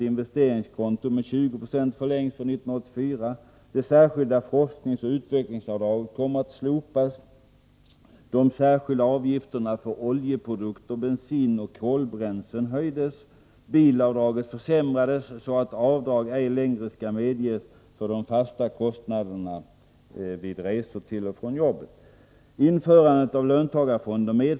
Det särskilda forskningsoch utvecklingsavdraget kommer att slopas.